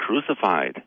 crucified